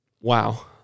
wow